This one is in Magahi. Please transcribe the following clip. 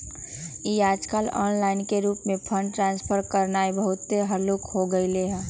याजकाल ऑनलाइन रूप से फंड ट्रांसफर करनाइ बहुते हल्लुक् हो गेलइ ह